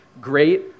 great